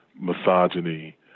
misogyny